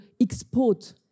export